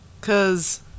Cause